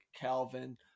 Calvin